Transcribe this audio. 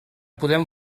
podem